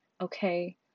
okay